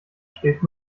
schläft